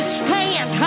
stand